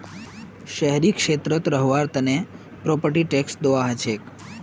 शहरी क्षेत्रत रहबार तने प्रॉपर्टी टैक्स दिबा हछेक